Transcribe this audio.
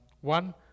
One